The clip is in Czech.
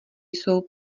jsou